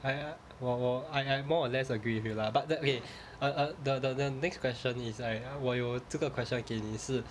I uh 我我 I I more or less agree with you lah but that okay uh uh the the the next question is right 我有这个 question 给你是